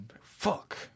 Fuck